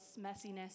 messiness